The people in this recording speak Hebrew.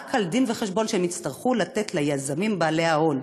רק על דין-וחשבון שהם יצטרכו לתת ליזמים בעלי ההון.